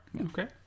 Okay